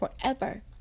forever